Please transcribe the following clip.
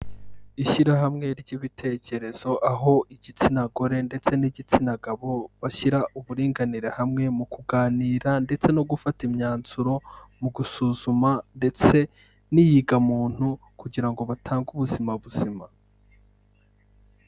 Ishyirahamwe ry'ibitekerezo, aho igitsina gore ndetse n'igitsina gabo bashyira uburinganire hamwe mu kuganira ndetse no gufata imyanzuro mu gusuzuma ndetse n'iyiga muntu, kugira ngo batange ubuzima buzima.